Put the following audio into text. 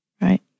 Right